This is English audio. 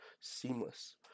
seamless